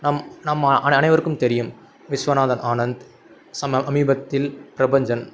நம் நம் அனை அனைவருக்கும் தெரியும் விஸ்வநாதன் ஆனந்த் சம சமீபத்தில் பிரபஞ்சன்